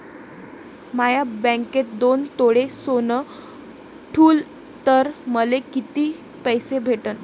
म्या बँकेत दोन तोळे सोनं ठुलं तर मले किती पैसे भेटन